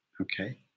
Okay